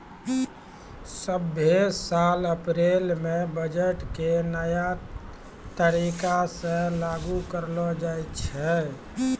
सभ्भे साल अप्रैलो मे बजट के नया तरीका से लागू करलो जाय छै